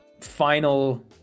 final